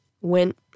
went